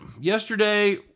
yesterday